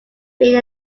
being